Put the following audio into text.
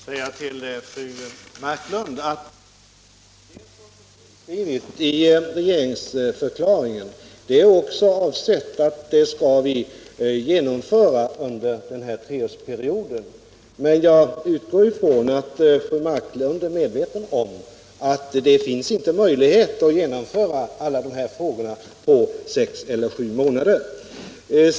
Herr talman! Jag vill säga till fru Marklund att det som finns inskrivet i regeringsförklaringen har vi också avsett att genomföra under den här treårsperioden, men jag utgår från att fru Marklund är medveten om att det inte finns någon möjlighet att genomföra alla dessa reformer på sex eller sju månader.